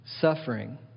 suffering